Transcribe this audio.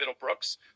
Middlebrooks